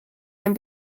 ein